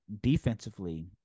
defensively